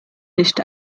nicht